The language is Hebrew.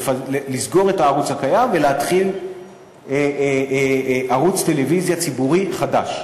לסגור את הערוץ הקיים ולהתחיל ערוץ טלוויזיה ציבורי חדש.